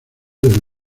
del